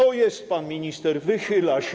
O, jest pan minister, wychyla się.